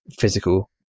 physical